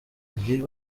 mubiri